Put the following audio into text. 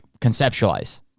conceptualize